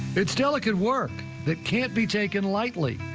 it's still a good work that can't be taken lightly.